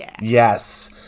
Yes